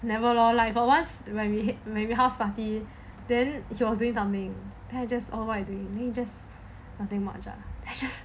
never lor like got once when we maybe house party then he was doing something then I just oh what do you need he just nothing much ah then I just